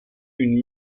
une